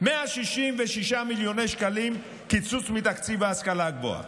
166 מיליון שקלים קיצוץ בתקציב ההשכלה הגבוהה,